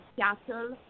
Seattle